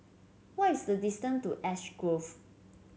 what is the distance to Ash Grove